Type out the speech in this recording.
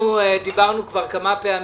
אנחנו דיברנו כבר כמה פעמים,